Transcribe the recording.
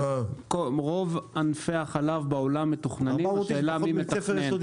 רוב ענפי החלב בעולם מתוכננים, השאלה מי מתכנן.